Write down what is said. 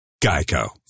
Geico